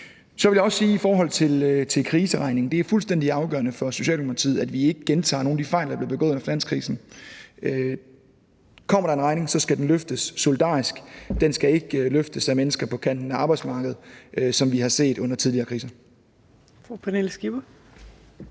Så vil jeg også sige i forhold til kriseregningen, at det er fuldstændig afgørende for Socialdemokratiet, at vi ikke gentager nogen af de fejl, der blev begået under finanskrisen. Kommer der en regning, skal den løftes solidarisk; den skal ikke løftes af mennesker på kanten af arbejdsmarkedet, som vi har set det under tidligere kriser.